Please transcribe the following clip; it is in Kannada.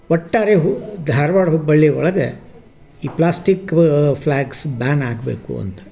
ಒಟ್ಟಾರೆ ಹು ಧಾರ್ವಾಡ ಹುಬ್ಬಳ್ಳಿ ಒಳಗೆ ಈ ಪ್ಲ್ಯಾಸ್ಟಿಕ್ ಫ್ಲ್ಯಾಗ್ಸ್ ಬ್ಯಾನ್ ಆಗಬೇಕು ಅಂತ